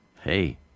hey